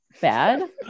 bad